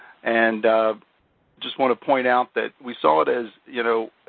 and just want to point out that we saw it as, you know,